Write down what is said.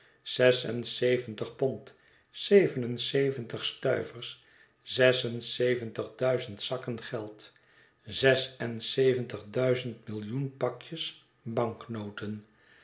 zes en zeventig pond zeven en zeventig stuivers zes en zeventig duizend zakken geld zes en zeventig duizend millioen pakjes